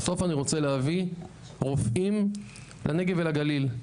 בסוף אני רוצה להביא רופאים לנגב ולגליל.